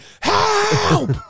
Help